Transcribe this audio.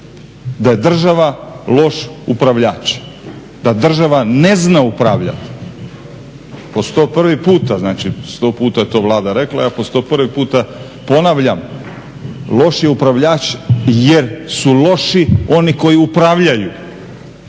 da je država loš upravljač, da država ne zna upravljati. Po 101 puta, znači 100 puta je to Vlada rekla, ja po 101 puta ponavljam, loš je upravljač jer su loši oni koji upravljaju.